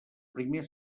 primer